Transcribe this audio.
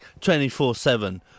24-7